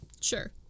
Sure